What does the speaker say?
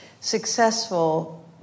successful